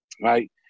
right